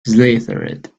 slithered